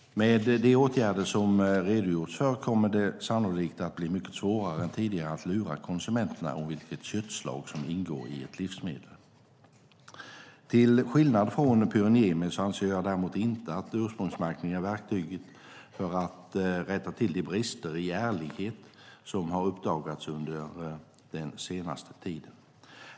Med de åtgärder som redogjorts för kommer det sannolikt att bli mycket svårare än tidigare att lura konsumenterna om vilket köttslag som ingår i ett livsmedel. Till skillnad från Pyry Niemi så anser jag däremot inte att ursprungsmärkning är verktyget för att rätta till de brister i ärlighet som har uppdagats den senaste tiden.